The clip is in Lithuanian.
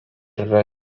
yra